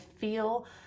feel